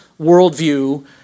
worldview